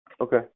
Okay